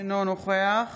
אינו נוכח